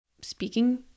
speaking